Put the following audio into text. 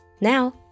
Now